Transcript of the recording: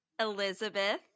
Elizabeth